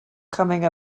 coming